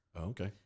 okay